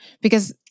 Because-